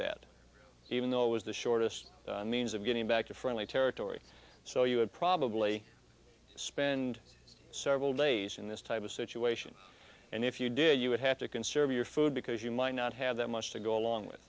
that even though it was the shortest means of getting back to friendly territory so you would probably spend several days in this type of situation and if you did you would have to conserve your food because you might not have that much to go along with